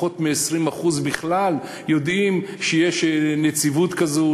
פחות מ-20% בכלל יודעים שיש נציבות כזאת,